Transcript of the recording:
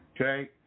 Okay